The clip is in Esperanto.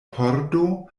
pordo